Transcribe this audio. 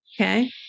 okay